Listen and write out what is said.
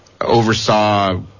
Oversaw